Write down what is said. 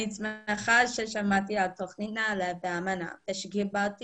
אני שנמחה ששמעתי על תוכנית נעל"ה באמנה ושקיבלתי